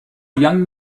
young